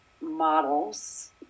models